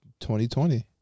2020